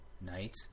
Knight